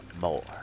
more